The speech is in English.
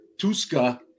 Tuska